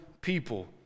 people